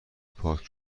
پخته